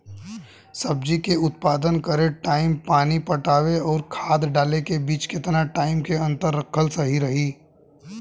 सब्जी के उत्पादन करे टाइम पानी पटावे आउर खाद डाले के बीच केतना टाइम के अंतर रखल सही रही?